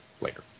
later